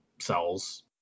cells